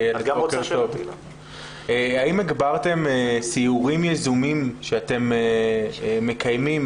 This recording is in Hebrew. האם הגברתם סיורים יזומים שאתם מקיימים